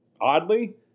Oddly